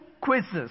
quizzes